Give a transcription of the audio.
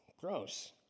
gross